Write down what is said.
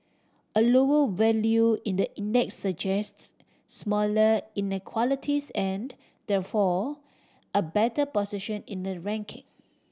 a lower value in the index suggests smaller inequalities and therefore a better position in the ranking